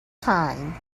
time